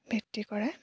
ভিত্তি কৰে